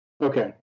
Okay